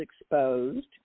exposed